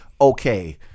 okay